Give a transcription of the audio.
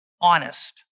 honest